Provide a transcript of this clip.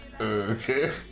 Okay